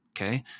Okay